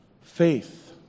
Faith